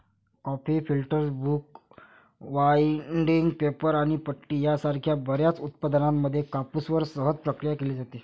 coffee filters, book binding, paper आणि पट्टी यासारख्या बर्याच उत्पादनांमध्ये कापूसवर सहज प्रक्रिया केली जाते